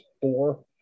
four